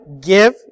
give